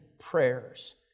prayers